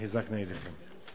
תחזקנה ידיכם.